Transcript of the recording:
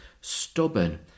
stubborn